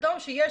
כשיש